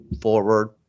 forward